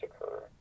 occur